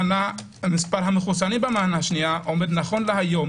מספר המחוסנים במנה השנייה עומד נכון להיום